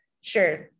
sure